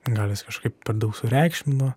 gal jis kažkaip per daug sureikšmino